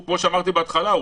כמו שאמרתי בהתחלה,